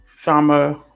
summer